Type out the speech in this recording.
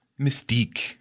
Mystique